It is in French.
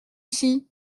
ici